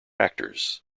actors